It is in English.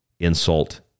Insult